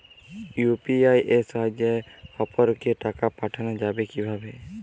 UPI এর সাহায্যে অপরকে টাকা পাঠানো যাবে কিভাবে?